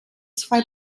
zwei